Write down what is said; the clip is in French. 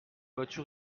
voiture